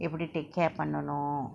எப்புடி:eppudi take care பன்னணு:pannanu